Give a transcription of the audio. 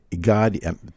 God